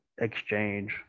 exchange